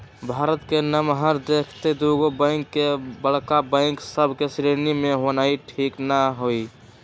भारत के नमहर देखइते दुगो बैंक के बड़का बैंक सभ के श्रेणी में होनाइ ठीक न हइ